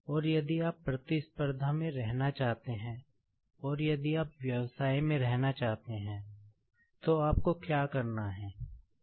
और यदि आप प्रतिस्पर्धा में रहना चाहते हैं और यदि आप व्यवसाय में रहना चाहते हैं तो आपको क्या करना है